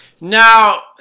Now